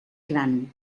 gran